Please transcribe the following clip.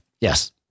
Yes